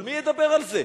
אבל מי ידבר על זה?